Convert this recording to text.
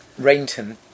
Rainton